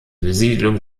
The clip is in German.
besiedlung